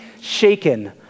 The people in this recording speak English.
shaken